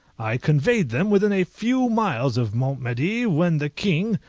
i conveyed them within a few miles of mont-medi, when the king,